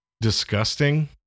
disgusting